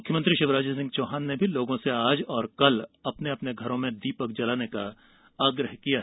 मुख्यमंत्री शिवराज सिंह चौहान ने लोगों से आज और कल अपने अपने घरों में दीपक जलाने का आग्रह किया है